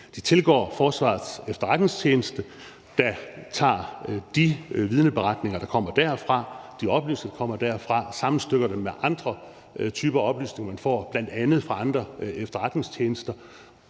De tilgår Forsvarets Efterretningstjeneste, der tager de vidneberetninger, de oplysninger, der kommer derfra, og sammenstykker dem med andre typer af oplysninger, de får, bl.a. fra andre efterretningstjenester.